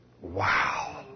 Wow